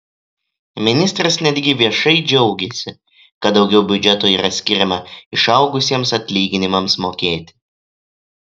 ministras netgi viešai džiaugėsi kad daugiau biudžeto yra skiriama išaugusiems atlyginimams mokėti